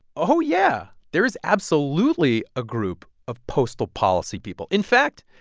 oh, yeah, there is absolutely a group of postal policy people. in fact,